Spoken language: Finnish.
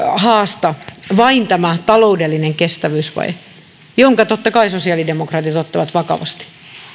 haasta kaikessa karmeudessaan vain tämä taloudellinen kestävyysvaje jonka totta kai sosiaalidemokraatit ottavat vakavasti